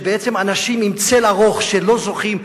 שהם בעצם אנשים עם צל ארוך שלא זוכים,